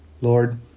Lord